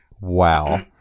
wow